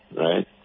right